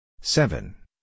seven